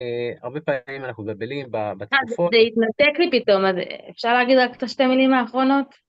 הרבה פעמים אנחנו מתבלבלים בתקופות... זה התנתק לי פתאום, אפשר להגיד רק את השתי מילים האחרונות?